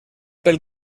pel